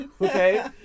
Okay